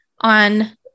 on